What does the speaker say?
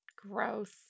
Gross